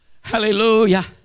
Hallelujah